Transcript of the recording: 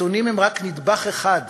הנתונים הם רק נדבך אחד